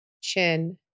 Chin